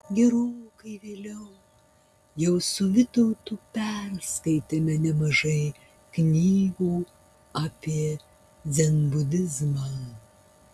gerokai vėliau jau su vytautu perskaitėme nemažai knygų apie dzenbudizmą